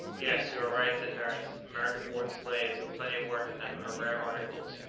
yes, you are right, said harris american-born slaves, with plenty of work in them, are rare articles,